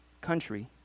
country